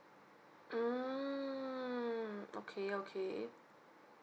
mm okay okay